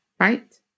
right